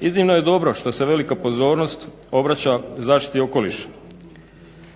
Iznimno je dobro što se velika pozornost obraća zaštiti okoliša.